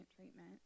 treatment